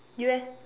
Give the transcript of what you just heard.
you eh